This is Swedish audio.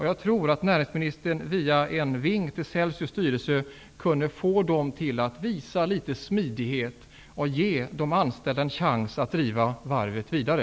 Jag tror att näringsministern genom en vink till Celsius styrelse kan få den till att visa litet smidighet och ge de anställda en chans att driva varvet vidare.